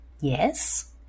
yes